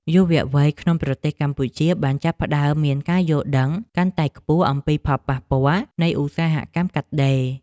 យុវវ័យក្នុងប្រទេសកម្ពុជាបានចាប់ផ្តើមមានការយល់ដឹងកាន់តែខ្ពស់អំពីផលប៉ះពាល់នៃឧស្សាហកម្មកាត់ដេរ។